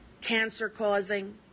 cancer-causing